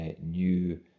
new